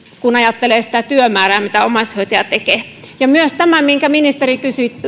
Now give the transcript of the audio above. kun ajattelee sen työn määrää mitä omaishoitaja tekee ja kysyn myös tästä minkä ministeri